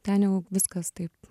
ten jau viskas taip